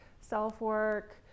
self-work